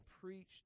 preached